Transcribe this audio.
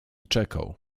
czekał